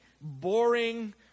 boring